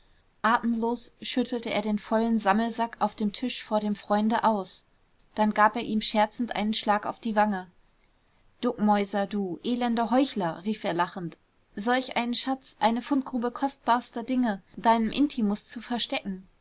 atemlos schüttelte er den vollen sammelsack auf dem tisch vor dem freunde aus dann gab er ihm scherzend einen schlag auf die wange duckmäuser du elender heuchler rief er lachend solch einen schatz eine fundgrube kostbarster dinge deinem intimus zu verstecken